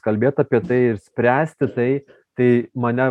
kalbėt apie tai ir spręsti tai tai mane